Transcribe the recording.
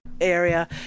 area